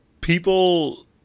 people